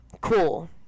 cool